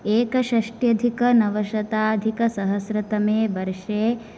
एकषष्टि्यधिकनवशताधिकसहस्रतमे वर्षे